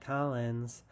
Collins